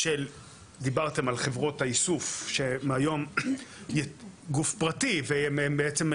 דיברתם על חברות האיסוף שהיום גוף פרטי והן בעצם,